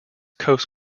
coast